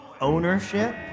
ownership